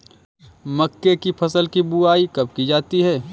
मक्के की फसल की बुआई कब की जाती है?